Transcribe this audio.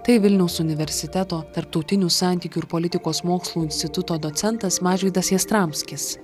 tai vilniaus universiteto tarptautinių santykių ir politikos mokslų instituto docentas mažvydas jastramskis